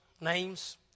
names